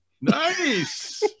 Nice